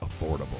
affordable